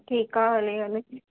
ठीकु आहे हले हले